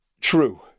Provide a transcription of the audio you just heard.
true